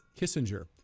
Kissinger